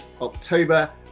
october